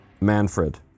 Manfred